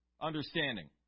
understanding